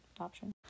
option